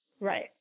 Right